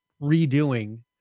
redoing